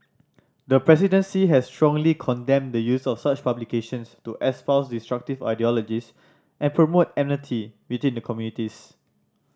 the presidency has strongly condemned the use of such publications to espouse destructive ideologies and promote enmity between the communities